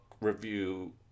review